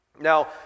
Now